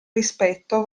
rispetto